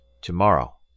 Tomorrow